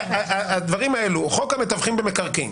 הדברים האלו חוק המתווכים במקרקעין.